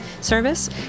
service